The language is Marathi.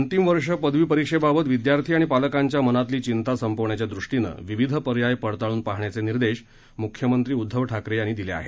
अंतिम वर्ष पदवी परीक्षेबाबत विद्यार्थी आणि पालकांच्या मनातली चिंता संपवण्याच्या दृष्टीनं विविध पर्याय पडताळून पाहण्याचे निर्देश मुख्यमंत्री उद्धव ठाकरे यांनी दिले आहेत